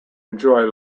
enjoy